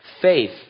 Faith